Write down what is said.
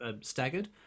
staggered